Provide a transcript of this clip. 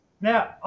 Now